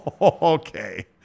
Okay